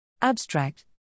Abstract